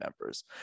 members